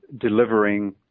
delivering